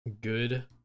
good